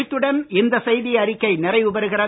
இத்துடன் இந்த செய்தி அறிக்கை நிறைவு பெறுகிறது